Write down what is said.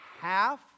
half